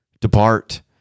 Depart